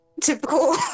typical